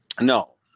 No